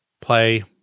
play